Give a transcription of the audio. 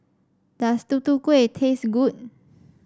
does Tutu Kueh taste good